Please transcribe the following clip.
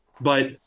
But-